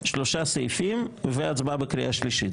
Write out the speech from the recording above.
שלושה סעיפים והצבעה בקריאה שלישית.